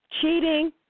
Cheating